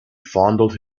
fondled